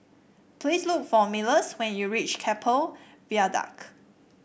please look for Myles when you reach Keppel Viaduct